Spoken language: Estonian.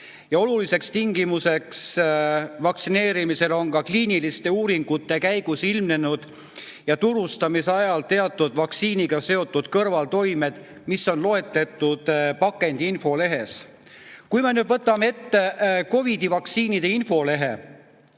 Oluliseks tingimuseks vaktsineerimisel on ka kliiniliste uuringute käigus ilmnenud ja turustamise ajal teatud vaktsiiniga seotud kõrvaltoimed, mis on loetletud pakendi infolehes. Kui me võtame ette COVID-i vaktsiinide infolehe,